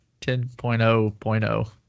10.0.0